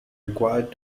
required